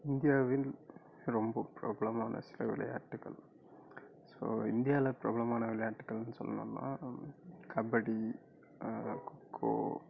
இந்தியாவில் ரொம்ப பிரபலமான சில விளையாட்டுகள் ஸோ இந்தியால பிரபலமான விளையாட்டுகள்னு சொன்னோம்னா கபடி கொக்கோ